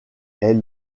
est